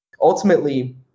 ultimately